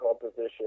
composition